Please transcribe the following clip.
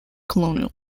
colonial